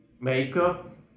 makeup